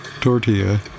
Tortilla